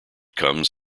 comes